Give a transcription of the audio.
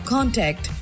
Contact